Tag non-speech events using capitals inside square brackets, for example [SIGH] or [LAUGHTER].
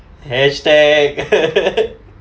hashtag [LAUGHS]